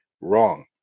wrong